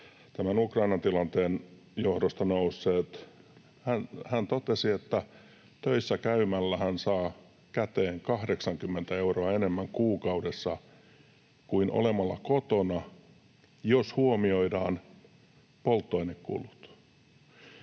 tämän Ukrainan tilanteen johdosta nousseet. Hän totesi, että töissä käymällä hän saa käteen 80 euroa enemmän kuukaudessa kuin olemalla kotona, jos huomioidaan polttoainekulut.